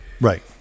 Right